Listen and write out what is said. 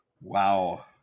Wow